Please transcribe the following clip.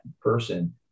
person